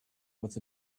with